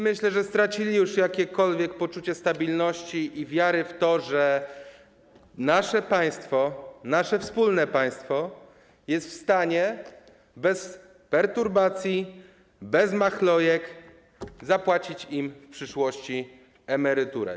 Myślę, że Polacy stracili już jakiekolwiek poczucie stabilności i wiarę w to, że nasze państwo, nasze wspólne państwo jest w stanie bez perturbacji, bez machlojek wypłacić im w przyszłości emeryturę.